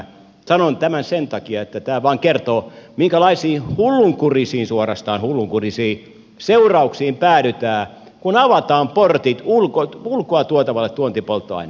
sanon tämän sen takia että tämä vaan kertoo minkälaisiin suorastaan hullunkurisiin seurauksiin päädytään kun avataan portit ulkoa tuotavalle tuontipolttoaineelle